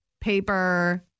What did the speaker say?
paper